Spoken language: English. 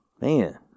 Man